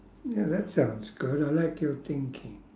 ya that sounds good I like your thinking